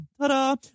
Ta-da